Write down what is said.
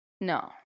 No